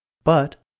but,